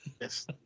Yes